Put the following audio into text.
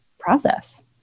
Process